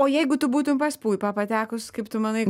o jeigu tu būtum pas puipą patekus kaip tu manai